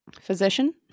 Physician